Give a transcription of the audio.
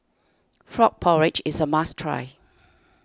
Frog Porridge is a must try